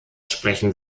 sprechen